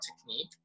technique